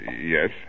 Yes